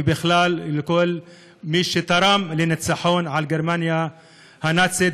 ובכלל לכל מי שתרם לניצחון על גרמניה הנאצית.